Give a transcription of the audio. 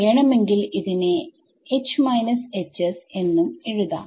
വേണമെങ്കിൽ ഇതിനെ എന്നും എഴുതാം